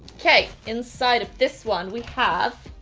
okay, inside of this one we have.